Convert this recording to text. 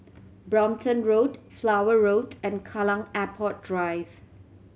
Brompton Road Flower Road and Kallang Airport Drive